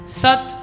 Sat